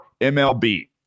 MLB